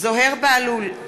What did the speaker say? זוהיר בהלול,